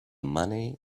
money